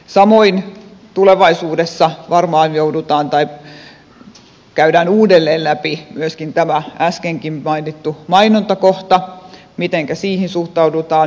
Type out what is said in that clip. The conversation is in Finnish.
samoin tulevaisuudessa varmaan käydään uudelleen läpi myöskin tämä äskenkin mainittu mainontakohta mitenkä siihen suhtaudutaan